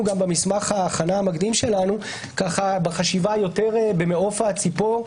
גם במסמך ההכנה המקדים שלנו במעוף הציבור,